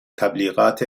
تبلیغات